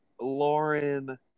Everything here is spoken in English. Lauren